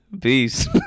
Peace